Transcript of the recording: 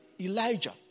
Elijah